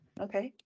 Okay